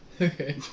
Okay